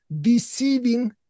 deceiving